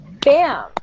Bam